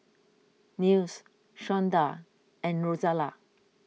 Nils Shonda and Rozella